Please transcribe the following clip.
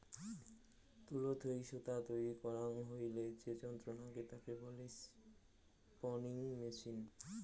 তুলো থুই সুতো তৈরী করাং হইলে যে যন্ত্র নাগে তাকে বলে স্পিনিং মেচিন